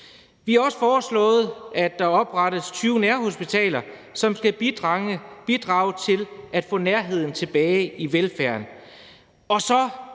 Vi har også foreslået, at der oprettes 20 nærhospitaler, som skal bidrage til at få nærheden tilbage i velfærden.